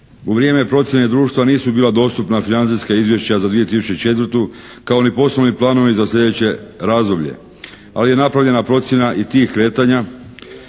U vrijeme procjene društva nisu bila dostupna financijska izvješća za 2004. kao ni poslovni planovi za sljedeće razdoblje. Ali je napravljena procjena i tih kretanja